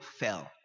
fell